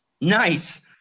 Nice